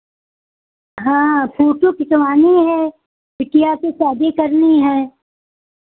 हाँ फोटो खिंचवानी है बिटिया की शादी करनी है